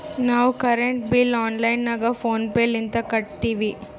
ನಾವು current bill online ನಾಗ PhonePe ಲಿಂತ ಕಟ್ಟತ್ತಿವಿ